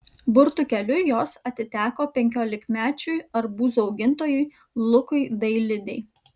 burtų keliu jos atiteko penkiolikmečiui arbūzų augintojui lukui dailidei